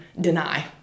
deny